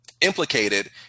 implicated